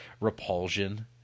repulsion